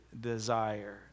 desire